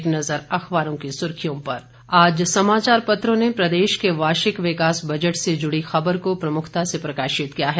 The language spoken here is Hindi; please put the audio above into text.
एक नज़र अखबारों की सुर्खियों पर आज समाचार पत्रों ने प्रदेश के वार्षिक विकास बजट से जुड़ी खबर को प्रमुखता से प्रकाशित किया है